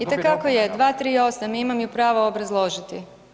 Itekako je, 238. imam ju pravo obrazložiti.